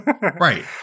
Right